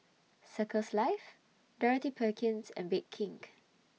Circles Life Dorothy Perkins and Bake King